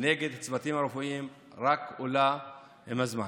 נגד הצוותים הרפואיים רק עולה עם הזמן.